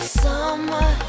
summer